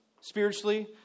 Spiritually